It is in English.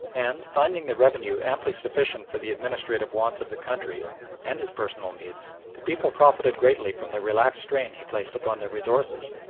and finding the revenue amply sufficient for the administrative wants of the country and his personal needs, the people profited greatly from the relaxed strain he placed upon their resources.